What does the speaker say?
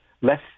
less